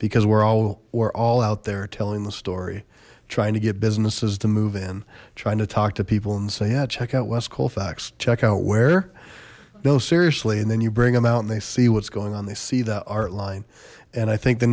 because we're all we're all out there telling the story trying to get businesses to move in trying to talk to people and say yeah check out west colfax check out where no seriously and then you bring them out and they see what's going on they see that art line and i think the